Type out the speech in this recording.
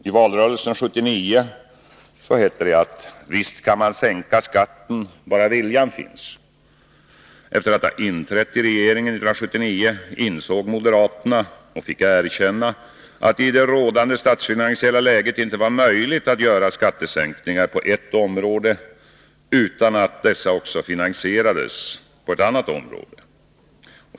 I valrörelsen 1979 hette det att man visst kan sänka skatten bara viljan finns. Efter att ha inträtt i regeringen 1979 insåg moderaterna, och fick erkänna, att det i det rådande statsfinansiella läget inte var möjligt att göra skattesänkningar på ett område, utan att dessa också finansierades på ett annat.